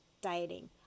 dieting